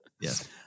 yes